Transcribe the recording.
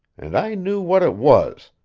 and i knew what it was,